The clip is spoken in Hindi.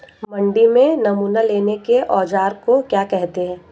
मंडी में नमूना लेने के औज़ार को क्या कहते हैं?